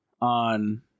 on